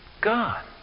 God